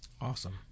Awesome